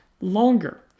longer